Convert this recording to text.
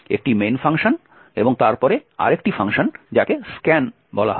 একটি main function এবং তারপরে আরেকটি ফাংশন যাকে scan বলা হয়